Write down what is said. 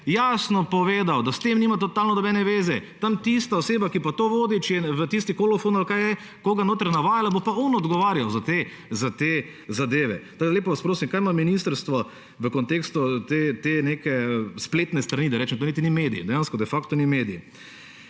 jasno povedal, da s tem nima totalno nobene zveze. Tista oseba, ki pa to vodi, če je v tistem kolofonu koga notri navajala, bo pa tisti odgovarjal za te zadeve. Lepo vas prosim, kaj ima ministrstvo v kontekstu te neke spletne strani; to niti ni medij, dejansko, de facto ni medij.